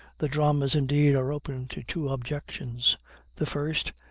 the dramas indeed are open to two objections the first,